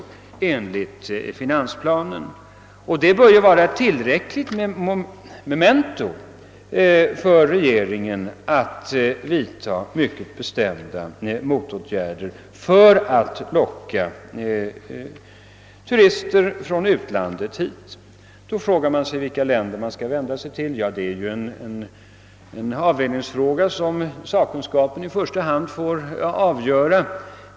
Detta bör vara ett tillräckligt memento för att regeringen skall vidta motåtgärder i syfte att locka hit turister från utlandet. Vilka länder skall man då vända sig till? Ja, det är en avvägningsfråga som i första hand sakkunskapen får avgöra.